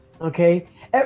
okay